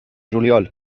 juliol